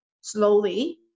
slowly